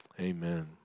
Amen